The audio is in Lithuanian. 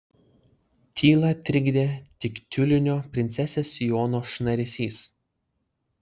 tylą trikdė tik tiulinio princesės sijono šnaresys